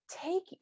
take